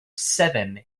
seven